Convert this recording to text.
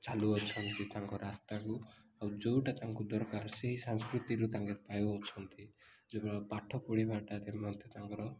ଚାଲୁ ଅଛନ୍ତି ତାଙ୍କ ରାସ୍ତାକୁ ଆଉ ଯେଉଁଟା ତାଙ୍କୁ ଦରକାର ସେହି ସଂସ୍କୃତିରୁ ତାଙ୍କର ପାଉଅଛନ୍ତି ପାଠ ପଢ଼ିବାଟାରେ ମଧ୍ୟ ତାଙ୍କର